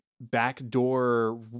backdoor